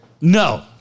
No